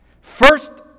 First